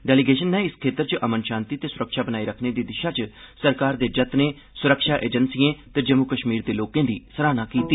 डेलीगेशनें इस क्षेत्रै च अमन शांति ते सुरक्षा बनाई रखने दी दिशा च सरकारै दे यत्नें सुरक्षा एजेंसिएं ते जम्मू कश्मीर दे लोकें दी सराहना कीती